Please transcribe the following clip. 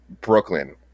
Brooklyn